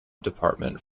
department